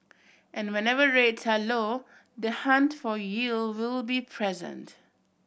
and whenever rates are low the hunt for yield will be present